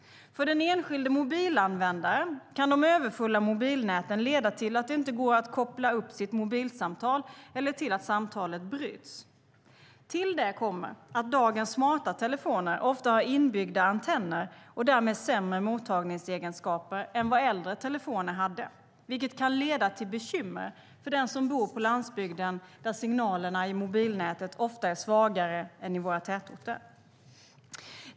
För den enskilda mobilanvändaren kan de överfulla mobilnäten leda till att det inte går att koppla upp sitt mobilsamtal eller till att samtalet bryts. Till det kommer att dagens smarta telefoner ofta har inbyggda antenner och därmed sämre mottagningsegenskaper än vad äldre telefoner hade, vilket kan leda till bekymmer för den som bor på landsbygden, där signalerna i mobilnätet ofta är svagare än i våra tätorter.